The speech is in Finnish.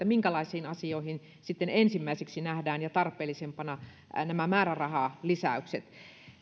minkälaisiin asioihin sitten ensimmäiseksi ja tarpeellisimpana nähdään määrärahalisäykset